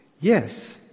yes